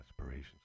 aspirations